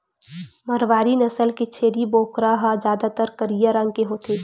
मारवारी नसल के छेरी बोकरा ह जादातर करिया रंग के होथे